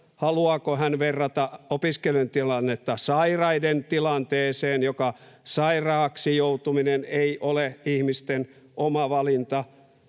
haluaako hän verrata opiskelijoiden tilannetta sairaiden tilanteeseen, joka ei ole ihmisten oma valinta,